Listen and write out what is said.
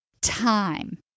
time